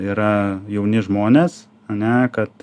yra jauni žmonės ane kad